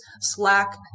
slack